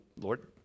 Lord